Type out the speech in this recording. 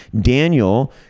Daniel